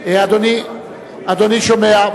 אדוני שומע.